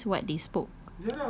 minutes means what they spoke